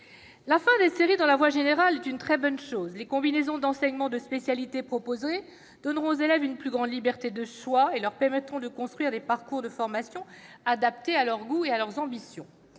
La fin des séries dans la voie générale est une très bonne chose ; les combinaisons d'enseignements de spécialités donneront aux élèves une plus grande liberté de choix et leur permettront de construire des parcours de formation adaptés à leurs goûts et à leurs ambitions.